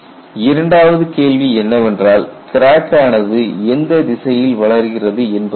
இரண்டாவது கேள்வி என்னவென்றால் கிராக் ஆனது எந்த திசையில் வளர்கிறது என்பதாகும்